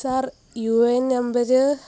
sir U A N number